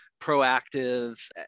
proactive